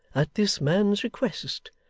at this man's request,